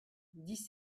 dix